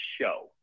show